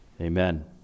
Amen